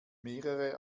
mehrere